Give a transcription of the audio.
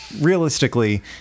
realistically